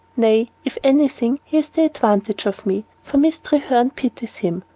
nay, if anything, he has the advantage of me, for miss treherne pities him,